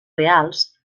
reals